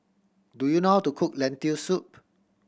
do you know how to cook Lentil Soup